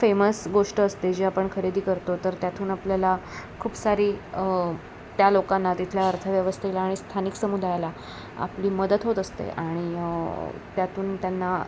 famous गोष्ट असते जे आपण खरेदी करतो तर त्यातून आपल्याला खूप सारी त्या लोकांना तिथल्या अर्थव्यवस्थेला आणि स्थानिक समुदायाला आपली मदत होत असते आणि त्यातून त्यांना